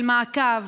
של מעקב,